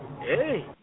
Hey